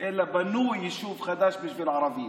אלא שבנו יישוב חדש בשביל ערבים.